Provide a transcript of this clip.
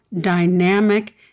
dynamic